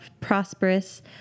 prosperous